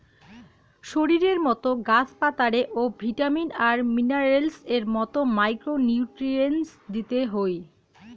শরীরের মতো গাছ পাতারে ও ভিটামিন আর মিনারেলস এর মতো মাইক্রো নিউট্রিয়েন্টস দিতে হই